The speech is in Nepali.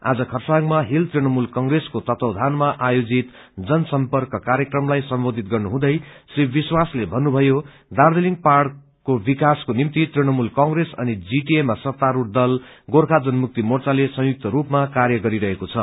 आज खरसाङमा हिल तृणमूल कंप्रेसको तत्वावधानमा आयोजित जनसम्पंक कार्यक्रमलाई सम्बोधन गर्नु हुँदै श्री विस्वाशले भन्नुभयो दार्जीलिङ पहाड़को विकास को निम्ति तृणमूल कंग्रेस अनि जीटीए मा सत्तास्रूढ़ दल गोर्खा जनमुक्ति मोर्चाले संयुक्त स्रपमा काम गरि रहेको छ